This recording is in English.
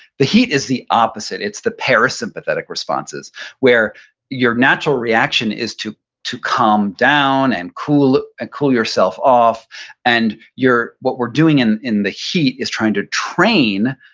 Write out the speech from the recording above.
the heat is the opposite. it's the para-sympathetic responses where your natural reaction is to to calm down and cool ah cool yourself off and what we're doing in in the heat is trying to train,